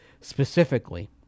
specifically